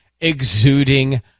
exuding